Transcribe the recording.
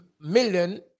million